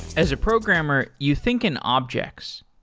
as a programmer, you think an object.